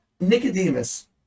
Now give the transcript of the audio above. Nicodemus